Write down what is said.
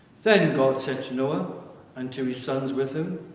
then god said to noah and to his sons with him,